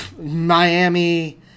Miami